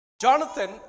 Jonathan